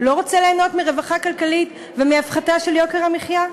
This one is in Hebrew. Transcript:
לא רוצה ליהנות מרווחה כלכלית ומהפחתה של יוקר המחיה?